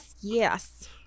Yes